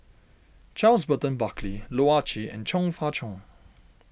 Charles Burton Buckley Loh Ah Chee and Chong Fah Cheong